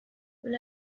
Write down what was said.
when